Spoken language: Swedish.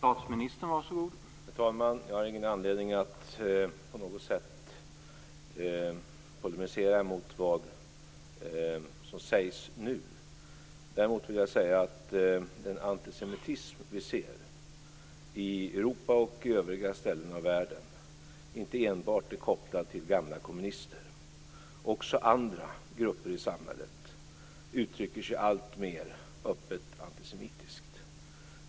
Herr talman! Jag har ingen anledning att på något sätt polemisera mot vad som sägs nu. Men den antisemitism vi ser i Europa och i övriga världen är inte enbart kopplad till gamla kommunister. Också andra grupper i samhället uttrycker sig alltmer öppet antisemitiskt.